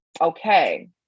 okay